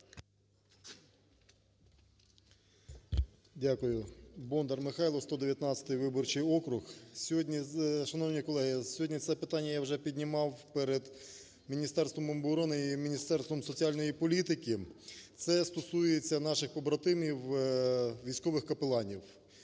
Дякую. Бондар Михайло, 119 виборчий округ. Сьогодні… Шановні колеги, сьогодні це питання я вже піднімав перед Міністерством оборони і Міністерством соціальної політики. Це стосується наших побратимів, військових капеланів,